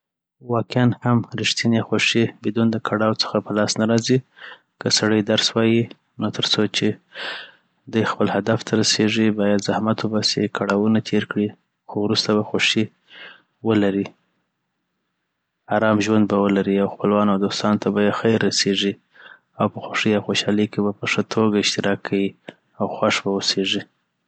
واقیعا هم ريښتيني خوښې بیدون د کړاوو څخه په لاس نه راځي که سړی درس وایی نو ترڅو چي دي خپل هدف ته رسیږي باید زحمت وباسي کړاونه تیرکړی خو وروسته به خوښې ولري ارام ژوند به ولري او خپلوانو او دوستانو ته بیی خیر رسیږي او په خوښې او خوشحالې کي به په ښه توګه اشتراک کیی .او خوښ به اوسيږی